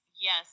yes